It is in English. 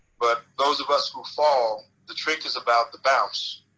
but those of us who fall the trick is about the bounce.